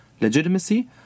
legitimacy